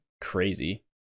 crazy